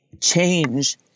change